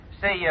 Say